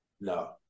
No